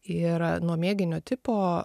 ir nuo mėginio tipo